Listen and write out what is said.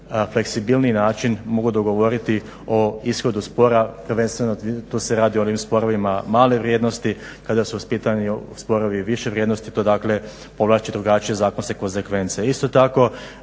fleksibilniji način mogu dogovoriti o ishodu spora prvenstveno to se radi o onim sporovima male vrijednosti kada su ispitani sporovi više vrijednosti to povlači drugačije zakonske konzekvencije. Isto tako